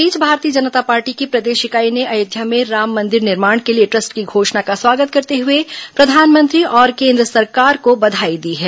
इस बीच भारतीय जनता पार्टी की प्रदेश इकाई ने अयोध्या में राम मंदिर निर्माण के लिए ट्रस्ट की घोषणा का स्वागत करते हुए प्रधानमंत्री और केन्द्र सरकार को बधाई दी है